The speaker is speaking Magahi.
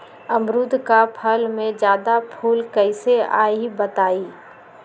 अमरुद क फल म जादा फूल कईसे आई बताई?